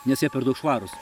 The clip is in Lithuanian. nes jie per daug švarūs